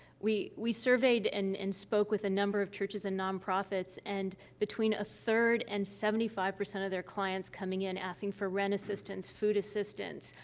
we we surveyed and and spoke with a number of churches and nonprofits, and between a third and seventy five percent of their clients coming in asking for rent assistance, food assistance,